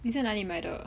你在哪里买的